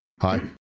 Hi